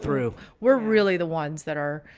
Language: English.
through, we're really the ones that are,